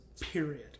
period